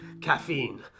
caffeine